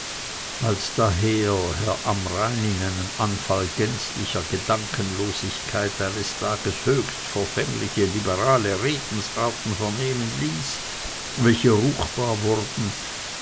als daher herr amrain in einem anfall gänzlicher gedankenlosigkeit eines tages höchst verfängliche liberale redensarten vernehmen ließ welche ruchbar wurden